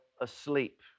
asleep